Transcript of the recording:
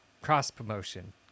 cross-promotion